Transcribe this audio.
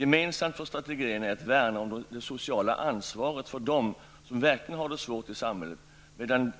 Gemensamt för strategin är att värna om det sociala ansvaret för dem som verkligen har det svårt i samhället, medan